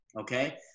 Okay